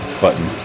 button